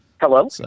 Hello